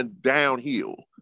downhill